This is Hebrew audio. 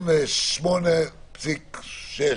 ב-98.6%,